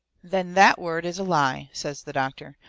then that word is a lie, says the doctor.